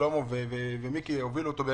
שהובילו שלמה